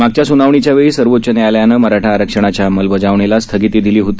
मागच्या स्नावणीच्यावेळी सर्वोच्च न्यायालयानं मराठा आरक्षणाच्या अंबलबजावणीला स्थगिती दिली होती